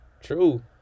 true